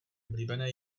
oblíbené